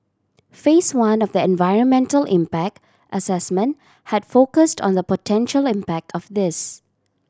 Phase One of the environmental impact assessment had focused on the potential impact of this